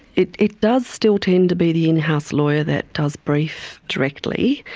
it it does still tend to be the in-house lawyer that does brief directly,